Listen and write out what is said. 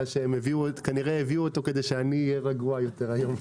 כדי שאני אהיה רגוע יותר היום.